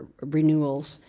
renewals,